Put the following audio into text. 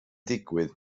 digwydd